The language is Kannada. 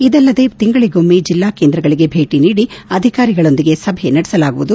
ಇದಲ್ಲದೆ ತಿಂಗಳಗೊಮ್ನೆ ಜಿಲ್ಲಾ ಕೇಂದ್ರಗಳಗೆ ಭೇಟ ನೀಡಿ ಅಧಿಕಾರಿಗಳೊಂದಿಗೆ ಸಭೆ ನಡೆಸಲಾಗುವುದು